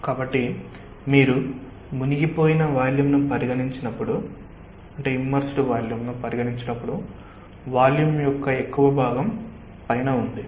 కాబట్టి మీరు మునిగిపోయిన వాల్యూమ్ను పరిగణించినప్పుడు వాల్యూమ్ యొక్క ఎక్కువ భాగం పైన ఉంది